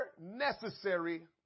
necessary